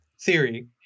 theory